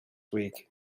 week